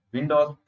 Windows